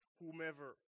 whomever